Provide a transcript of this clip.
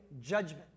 judgment